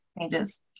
changes